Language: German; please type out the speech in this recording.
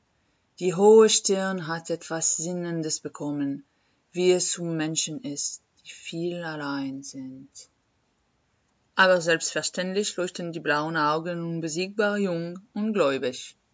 die hohe stirn hat etwas sinnendes bekommen wie es um menschen ist die viel allein sind aber selbstverständlich leuchten die blauen augen unbesiegbar jung